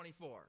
24